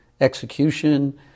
execution